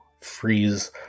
freeze